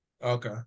okay